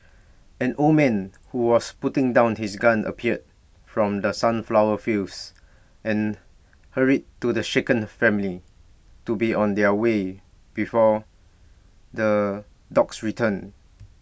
an old man who was putting down his gun appeared from the sunflower fields and hurried to the shaken family to be on their way before the dogs return